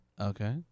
Okay